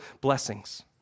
blessings